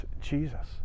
Jesus